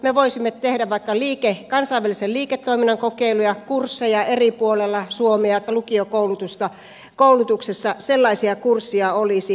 me voisimme tehdä vaikka kansainvälisen liiketoiminnan kokeiluja kursseja eri puolilla suomea että lukiokoulutuksessa sellaisia kursseja olisi